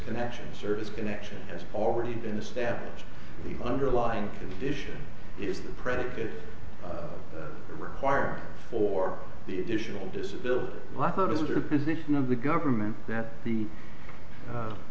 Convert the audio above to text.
connection service connection has already been established the underlying condition is a predicate requirement for the additional disability i thought it was a position of the government that the